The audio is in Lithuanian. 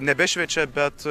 nebešviečia bet